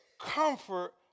comfort